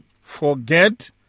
Forget